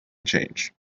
change